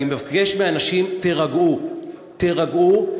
אני מבקש מאנשים: תירגעו, תירגעו.